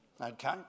Okay